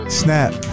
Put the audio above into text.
snap